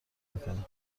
میکنه